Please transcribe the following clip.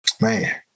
man